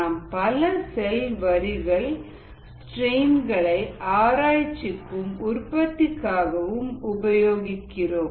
நாம் பல செல் வரிகள் ஸ்ட்ரெயின் களை ஆராய்ச்சிக்கும் உற்பத்திக்காகவும் உபயோகிக்கிறோம்